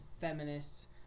feminists